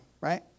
right